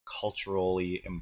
culturally